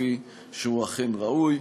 כפי שאכן ראוי.